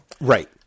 right